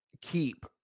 Keep